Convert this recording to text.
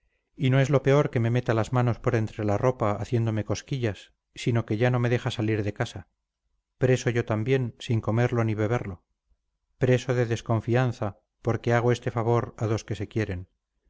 y no es lo peor que me meta las manos por entre la ropa haciéndome cosquillas sino que ya no me deja salir de casa preso yo también sin comerlo ni beberlo preso de desconfianza porque hago este favor a dos que se quieren